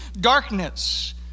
darkness